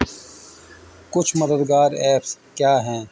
کچھ مددگار ایپس کیا ہیں